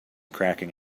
cracking